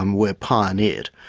um were pioneered,